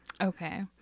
Okay